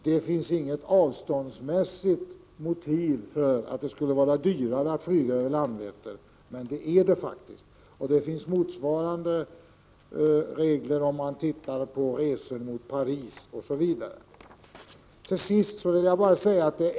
Det finns inget avståndsmässigt motiv för att det skulle vara dyrare att flyga över Landvetter, men det är det faktiskt. Motsvarande förhållanden gäller om man tittar på resor till Paris etc.